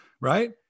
right